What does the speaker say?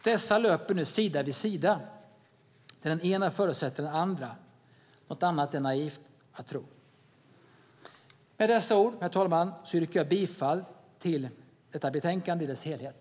Dessa löper nu sida vid sida, där den ena förutsätter den andra. Något annat är naivt att tro. Med dessa ord, herr talman, yrkar jag bifall till förslaget i betänkandet.